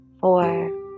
four